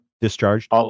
discharged